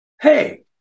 hey